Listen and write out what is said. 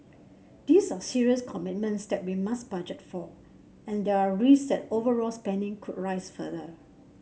these are serious commitments that we must budget for and there are risks that overall spending could rise further